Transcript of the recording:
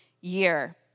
year